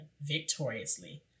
victoriously